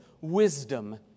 wisdom